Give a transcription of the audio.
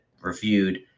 reviewed